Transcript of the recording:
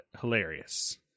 hilarious